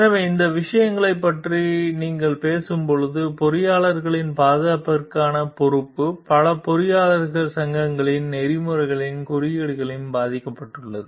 எனவே இந்த விஷயங்களைப் பற்றி நீங்கள் பேசும்போது பொறியாளர்களின் பாதுகாப்பிற்கான பொறுப்பு பல பொறியியல் சங்கங்களின் நெறிமுறைகளின் குறியீடுகளில் பதிக்கப்பட்டுள்ளது